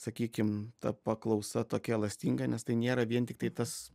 sakykim ta paklausa tokia elastinga nes tai nėra vien tiktai tas